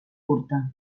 curta